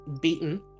beaten